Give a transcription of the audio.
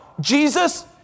Jesus